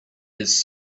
his